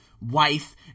wife